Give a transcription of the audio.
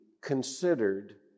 considered